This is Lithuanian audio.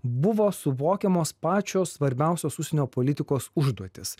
buvo suvokiamos pačios svarbiausios užsienio politikos užduotys